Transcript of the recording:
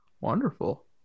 wonderful